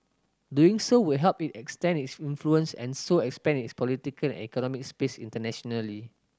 doing so would help it extend its influence and so expand its political and economic space internationally